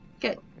Good